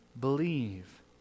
believe